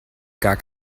gar